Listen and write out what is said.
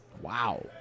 Wow